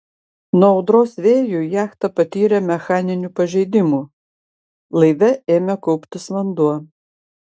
nuo audros vėjų jachta patyrė mechaninių pažeidimų laive ėmė kauptis vanduo